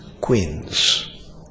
queens